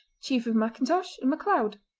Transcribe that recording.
chief of macintosh and macleod.